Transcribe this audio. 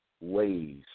ways